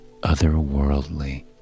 otherworldly